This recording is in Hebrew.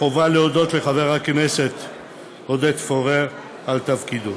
חובה להודות לחבר הכנסת עודד פורר על תפקידו.